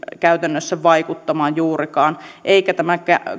käytännössä juurikaan vaikuttamaan eikä tämä